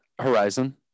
horizon